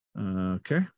Okay